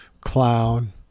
clown